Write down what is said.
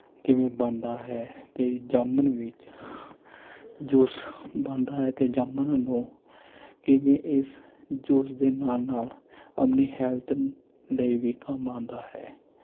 ਕਿਵੇਂ ਬਣਦਾ ਹੈ ਅਤੇ ਜਾਮਨ ਵਿੱਚ ਜੂਸ ਬਣਦਾ ਹੈ ਅਤੇ ਜਾਮਨ ਨੂੰ ਕਿਵੇਂ ਇਸ ਜੂਸ ਦੇ ਨਾਲ ਨਾਲ ਆਪਣੀ ਹੈਲਥ ਦੇ ਵੀ ਕੰਮ ਆਉਂਦਾ ਹੈ